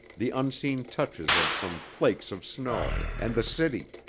the unseen touches of some flakes of snow and the city,